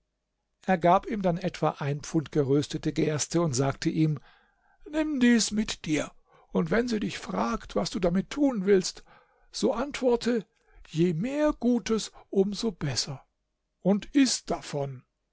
er gab ihm dann etwa ein pfund geröstete gerste und sagte ihm nimm dies mit dir und wenn sie dich fragt was du damit tun willst so antworte je mehr gutes um so besser und iß davon